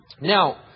Now